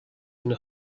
una